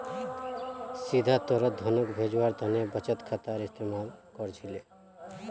सीधा तौरत धनक भेजवार तने बचत खातार इस्तेमाल कर छिले